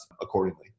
accordingly